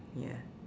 ya